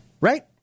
Right